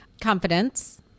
Confidence